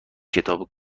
کتاب